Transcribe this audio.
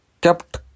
kept